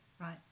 right